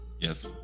yes